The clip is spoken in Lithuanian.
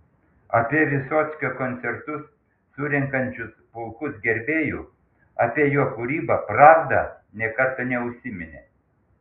apie vysockio koncertus surenkančius pulkus gerbėjų apie jo kūrybą pravda nė karto neužsiminė